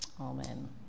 Amen